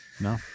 no